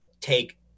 take